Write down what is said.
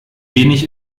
wenig